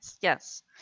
Yes